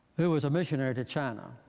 who was a missionary to china.